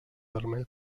vermell